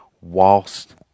whilst